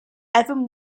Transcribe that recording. evan